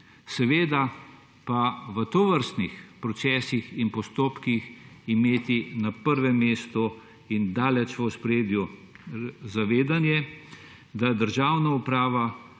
je treba v tovrstnih procesih in postopkih imeti na prvem mestu in daleč v ospredju zavedanje, da je državna uprava